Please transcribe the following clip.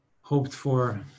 hoped-for